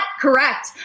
correct